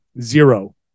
zero